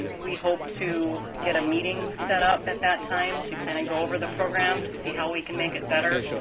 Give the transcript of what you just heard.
we hope to get a meeting set up at that time to kind of go over the program to see how we can make it better